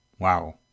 wow